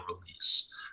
release